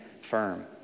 firm